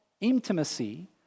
intimacy